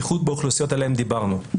בייחוד באוכלוסיות עליהן דיברנו.